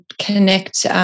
connect